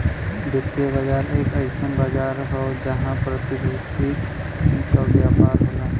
वित्तीय बाजार एक अइसन बाजार हौ जहां प्रतिभूति क व्यापार होला